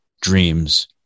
dreams